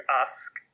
ask